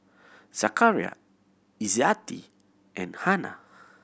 Zakaria Izzati and Hana